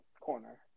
corner